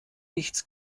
nichts